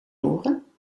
horen